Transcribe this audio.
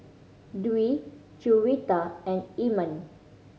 Dwi Juwita and Iman